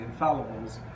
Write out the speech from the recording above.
infallibles